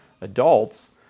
adults